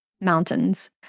mountains